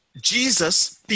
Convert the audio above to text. Jesus